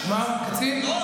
מה הוא, קצין?